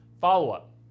Follow-up